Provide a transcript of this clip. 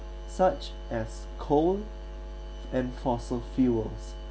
such as coal and fossil fuels